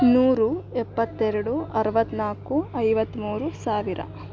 ನೂರು ಎಪ್ಪತ್ತೆರಡು ಅರವತ್ನಾಲ್ಕು ಐವತ್ಮೂರು ಸಾವಿರ